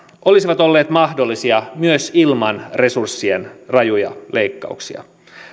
olisivat olleet mahdollisia myös ilman resurssien rajuja leikkauksia